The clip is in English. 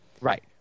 Right